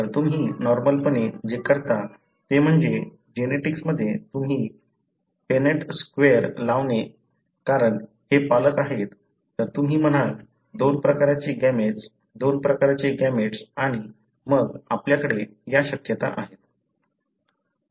तर तुम्ही नॉर्मलपणे जे करता ते म्हणजे जेनेटिक्समध्ये तुम्ही पनेट स्क्वेअर लावले कारण हे पालक आहेत तर तुम्ही म्हणाल दोन प्रकारचे गेमेट्स दोन प्रकारचे गेमेट्स आणि मग आपल्याकडे या शक्यता आहेत